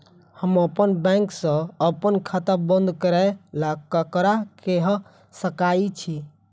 हम अप्पन बैंक सऽ अप्पन खाता बंद करै ला ककरा केह सकाई छी?